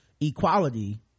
equality